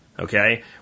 Okay